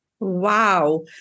Wow